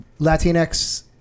Latinx